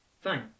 Fine